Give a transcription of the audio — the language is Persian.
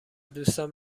دوستم